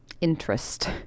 interest